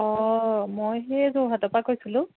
অঁ মই সেই যোৰহাটৰ পৰা কৈছিলোঁ